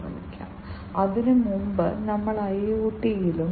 വ്യവസായത്തിന് സംവേദനക്ഷമത ആവശ്യമാണ്